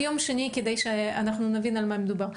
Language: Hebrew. עד יום שני כדי שאנחנו נבין על מה מדובר.